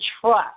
trust